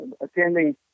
attending